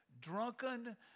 drunken